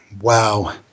wow